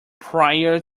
prior